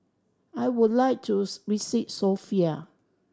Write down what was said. I would like to visit Sofia